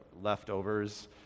leftovers